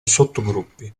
sottogruppi